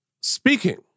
speaking